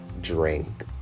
drink